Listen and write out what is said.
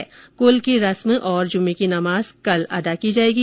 कल कल की रस्म और जुम्मे की नमाज अदा की जाएगी